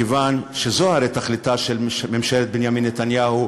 מכיוון שזו הרי תכליתה של ממשלת בנימין נתניהו,